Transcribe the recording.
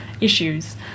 issues